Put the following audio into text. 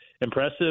impressive